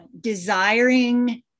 desiring